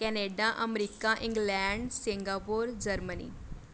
Canada America England Singapore Germany